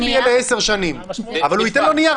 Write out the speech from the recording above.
יהיה ל-10 שנים אבל הוא ייתן לו נייר,